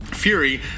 Fury